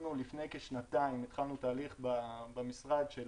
אנחנו לפני כשנתיים התחלנו תהליך במשרד של